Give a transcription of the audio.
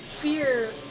fear